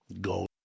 go